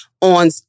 on